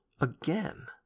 Again